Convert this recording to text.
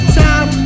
time